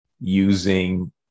using